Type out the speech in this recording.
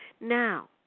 Now